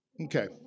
Okay